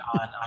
on